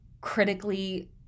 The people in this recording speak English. critically